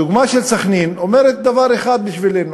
הדוגמה של סח'נין אומרת דבר אחד בשבילנו,